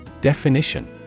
Definition